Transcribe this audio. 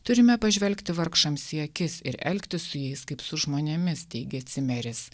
turime pažvelgti vargšams į akis ir elgtis su jais kaip su žmonėmis teigė cimeris